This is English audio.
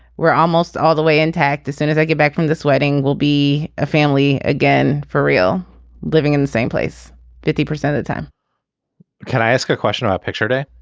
we're almost all the way intact as soon as i get back from this wedding we'll be a family again for real living in the same place fifty percent of the time can i ask a question about picture day.